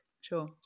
Sure